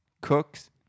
Cooks